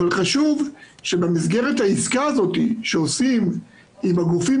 אבל חשוב שבמסגרת העסקה הזאת שעושים עם הגופים